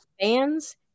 fans